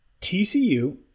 TCU